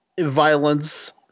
violence